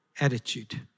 attitude